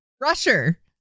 rusher